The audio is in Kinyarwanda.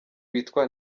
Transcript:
witwa